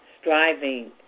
striving